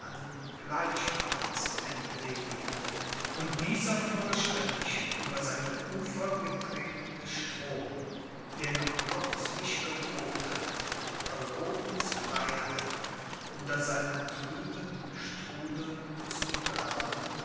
gleichfalls entledigt und dieser fürchterlich über seine ufer getretene strom der noch kürzlich gedroht hatte europens freiheit unter seinen trüben strudeln zu begraben